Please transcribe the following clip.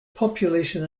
population